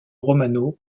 romano